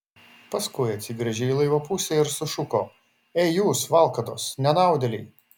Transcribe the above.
paskui atsigręžė į laivo pusę ir sušuko ei jūs valkatos nenaudėliai